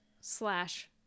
slash